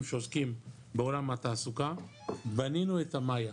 שעוסקים בעולם התעסוקה בנינו את המאי"ה,